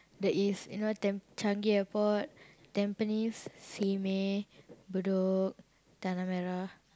the East you know Tamp~ Changi-Airport Tampines Simei Bedok Tanah-Merah